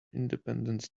independence